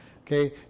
Okay